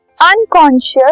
unconscious